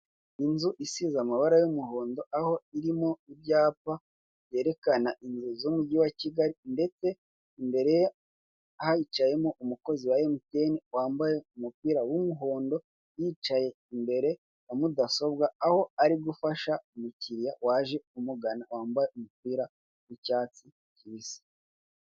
Inzu isize amabara y'umuhondo aho irimo ibyapa byerekana nzu z'umugi wa Kigali; ndetse imbere hicayemo umukozi wa Emutiyeni wambaye umupira w'umuhondo. Yicaye imbere ya mudasobwa, aho ari gufasha umukiriya waje umugana; wambaye umupira w'icyatsi kibisi.